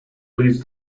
leads